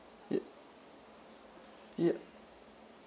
yup yeah